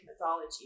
mythology